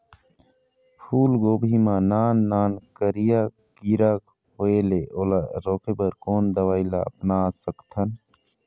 फूलगोभी मा नान नान करिया किरा होयेल ओला रोके बर कोन दवई ला अपना सकथन?